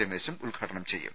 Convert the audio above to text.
രമേശും ഉദ്ഘാടനം ചെയ്യും